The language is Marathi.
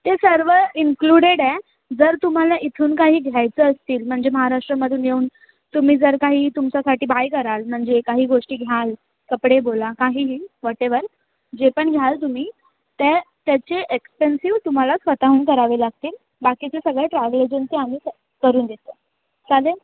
ते सर्व इंक्लुडेडए जर तुम्हाला इथून काही घ्यायचं असतील म्हणजे महाराष्ट्रमधून येऊन तुम्ही जर काही तुमच्यासाठी बाय कराल म्हणजे काही गोष्टी घ्याल कपडे बोला काहीही व्हॉटेवर जे पण घ्याल तुम्ही ते त्याचे एक्स्पेन्सिव तुम्हाला स्वत हून करावे लागतील बाकीचे सगळे ट्रॅवल एजन्सी आम्ही स करून देतो चालेल